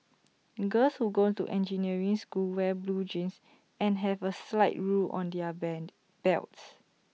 girls who go to engineering school wear blue jeans and have A slide rule on their Band belts